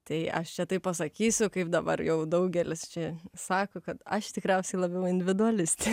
tai aš čia taip pasakysiu kaip dabar jau daugelis čia sako kad aš tikriausiai labiau individualistė